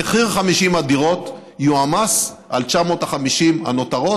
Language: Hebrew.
מחיר 50 הדירות יועמס על 950 הנותרות.